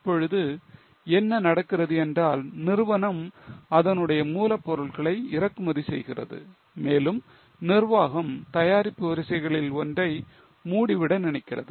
இப்பொழுது என்ன நடக்கிறது என்றால் நிறுவனம் அதனுடைய மூலப் பொருட்களை இறக்குமதி செய்கிறது மேலும் நிர்வாகம் தயாரிப்பு வரிசைகளில் ஒன்றை மூடிவிட நினைக்கிறது